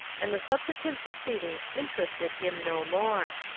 and the subsequent proceedings interested him no more.